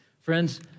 Friends